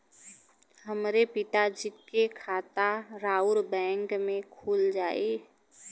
हमरे पिता जी के खाता राउर बैंक में खुल जाई?